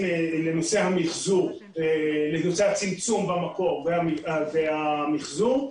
לנושא הצמצום במקור והמחזור.